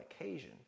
occasion